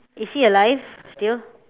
is he alive still